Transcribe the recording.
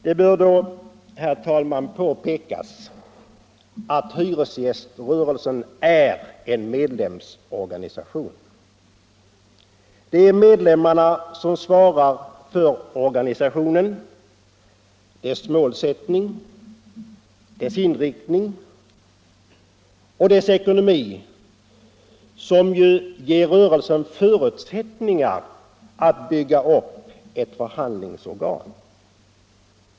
Det bör då, herr talman, påpekas att hyresgäströrelsen är en medlemsorganisation. Det är medlemmarna som svarar för organisationen, dess målsättning, dess inriktning och dess ekonomi, som ju ger rörelsen förutsättningar att bygga upp ett förhandlingsorgan.